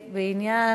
בעד,